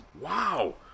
Wow